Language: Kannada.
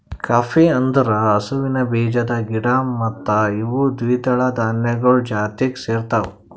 ಕೌಪೀ ಅಂದುರ್ ಹಸುವಿನ ಬೀಜದ ಗಿಡ ಮತ್ತ ಇವು ದ್ವಿದಳ ಧಾನ್ಯಗೊಳ್ ಜಾತಿಗ್ ಸೇರ್ತಾವ